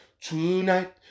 tonight